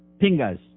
pingas